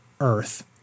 Earth